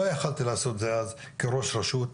לא יכולתי לעשות את זה אז כראש רשות,